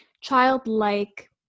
childlike